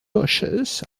bushes